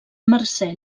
mercè